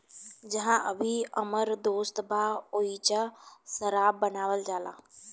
जाहा अभी हमर दोस्त बा ओइजा शराब बनावल जाला